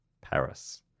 Paris